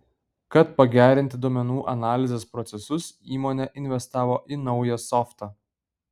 kad pagerinti duomenų analizės procesus įmonė investavo į naują softą